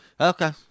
Okay